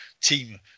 team